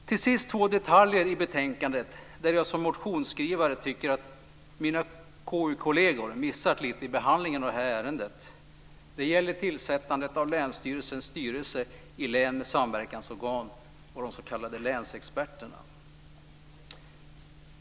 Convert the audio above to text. Till sist två detaljer i betänkandet, där jag som motionsskrivare tycker att mina KU-kolleger missat lite i behandlingen av ärendet. Det gäller tillsättandet av länsstyrelsens styrelse i län med samverkansorgan och de s.k. länsexperterna.